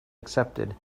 accepted